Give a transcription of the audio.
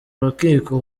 rukiko